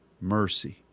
mercy